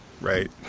Right